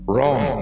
Wrong